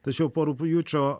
tačiau po rugpjūčio